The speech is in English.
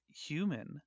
human